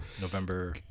november